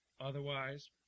Otherwise